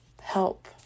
help